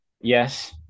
yes